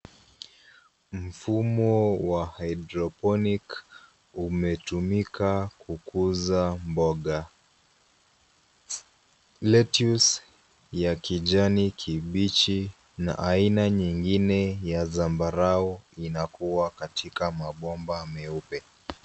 Mfumo wa haidroponik umetumika kukuza mboga. Lettuce ya kijani kibichi na aina nyingine ya zambarau inakuwa katika mabomba meupe.